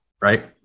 right